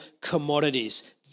commodities